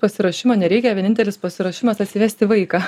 pasiruošimo nereikia vienintelis pasiruošimas atsivesti vaiką